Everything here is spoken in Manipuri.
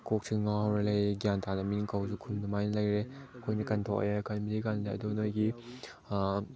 ꯀꯣꯛꯁꯦ ꯉꯥꯎꯔ ꯂꯩꯔꯤ ꯒ꯭ꯌꯥꯟ ꯇꯥꯗꯅ ꯃꯤꯅ ꯀꯧꯕꯁꯨ ꯈꯨꯝꯗ ꯑꯗꯨꯃꯥꯏ ꯂꯩꯔꯦ ꯑꯩꯈꯣꯏꯅ ꯀꯟꯊꯣꯛꯑꯦ ꯀꯟꯕꯗꯤ ꯀꯟꯂꯦ ꯑꯗꯨꯕꯨ ꯅꯣꯏꯒꯤ